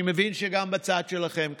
אני מבין שגם בצד שלכם קשה.